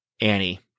annie